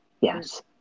Yes